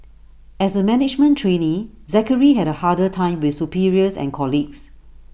as A management trainee Zachary had A harder time with superiors and colleagues